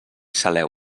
saleu